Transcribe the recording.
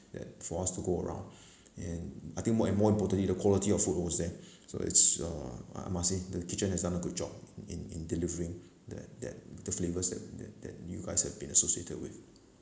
that for us to go around and I think more and more importantly the quality of foods was there also so it's uh I must say the kitchen has done a good job in in delivering the that the flavours that that you guys have been associated with